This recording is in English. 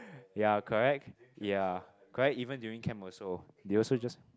ya correct ya correct even during camp also they also just